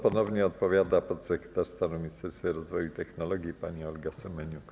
Ponownie odpowiada sekretarz stanu w Ministerstwie Rozwoju i Technologii pani Olga Ewa Semeniuk.